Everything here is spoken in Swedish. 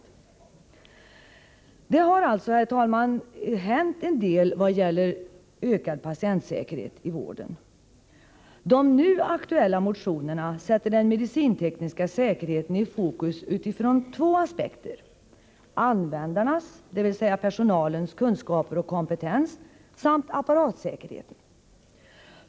En del har alltså hänt vad gäller en ökad patientsäkerhet i vården. De nu aktuella motionerna sätter den medicintekniska säkerheten i fokus utifrån två aspekter: användarnas, dvs. personalens, kunskaper och kompetens samt apparatsäkerheten.